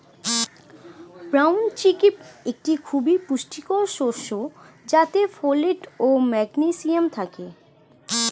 brown chickpea একটি খুবই পুষ্টিকর শস্য যাতে ফোলেট ও ম্যাগনেসিয়াম থাকে